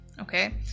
okay